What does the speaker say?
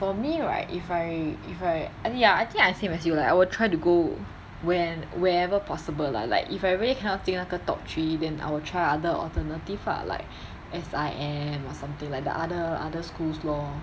for me right if I if I I mean I think I same as you like I will try to go where wherever possible lah like if I really cannot 进那个 top three then I will try other alternative lah like S_I_M or something like the other other schools lor